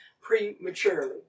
prematurely